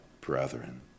brethren